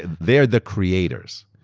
they are the creators.